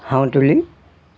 হাওতুলি